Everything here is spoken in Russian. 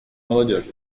молодежью